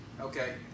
Okay